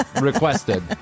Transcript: requested—